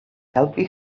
helpu